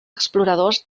exploradors